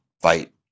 fight